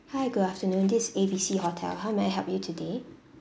hi good afternoon this is A B C hotel how may I help you today